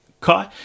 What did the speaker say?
Kai